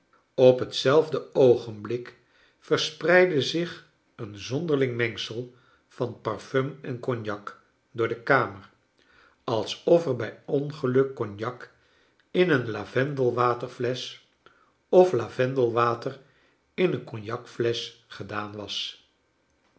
op hetzelide oogenblik verspreidde zich een zonderling mengsel van parfum en cognac door de kamer alsof er bij ongeluk cognac in een lavendelwaterflesch of lavendelwater in een cognacflesch gedaan was